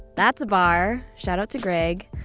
that's a bar shoutout to greg.